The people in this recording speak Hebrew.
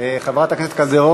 החוקה, חוק ומשפט.